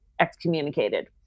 excommunicated